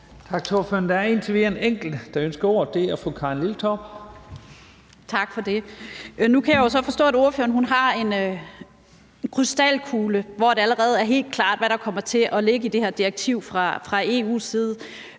Tak til ordføreren. Der er indtil videre en enkelt, der ønsker ordet, og det er fru Karin Liltorp. Kl. 12:55 Karin Liltorp (M): Tak for det. Nu kan jeg så forstå, at ordføreren har en krystalkugle, som ordføreren kan se i hvad der kommer til at ligge i det her direktiv fra EU's side.